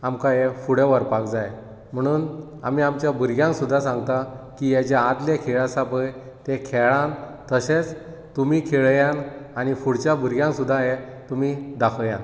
आमकां हें फुडें व्हरपाक जाय म्हणून आमी आमच्या भुरग्यांक सुद्दां सांगता की हे जे आदले खेळ आसा पळय ते खेळा तशेंच तुमी खेळयात आनी फुडच्या भुरग्यांक सुद्दां हें तुमी दाखया